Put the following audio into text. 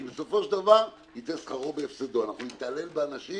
כי בסופו של דבר ייצא שכרו בהספדו אנחנו נתעלל באנשים